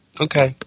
Okay